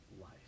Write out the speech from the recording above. life